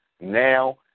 now